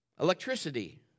Electricity